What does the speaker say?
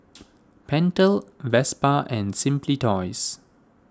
Pentel Vespa and Simply Toys